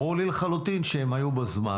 ברור לי לחלוטין שהם היו כל הזמן.